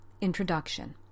Introduction